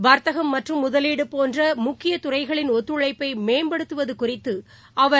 வர்த்தகம் மற்றும் முதலீடுபோன்றமுக்கியதுறைகளின் ஒத்துழழப்பைமேம்படுத்துவதுகுறித்துஅவர்